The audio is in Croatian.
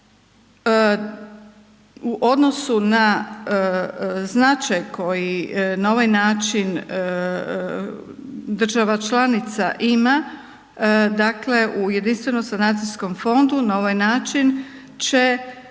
u odnosu na značaj koji na ovaj način država članica ima, dakle u Jedinstvenom sanacijskom fondu na ovaj način će